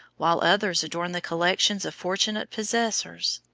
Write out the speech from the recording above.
while others adorn the collections of fortunate possessors.